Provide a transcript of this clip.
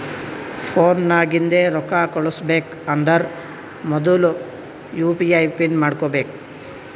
phone ನಾಗಿಂದೆ ರೊಕ್ಕಾ ಕಳುಸ್ಬೇಕ್ ಅಂದರ್ ಮೊದುಲ ಯು ಪಿ ಐ ಪಿನ್ ಮಾಡ್ಕೋಬೇಕ್